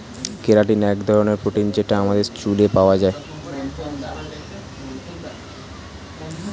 keratin এক ধরনের protein যেটা আমাদের চুলে পাওয়া যায়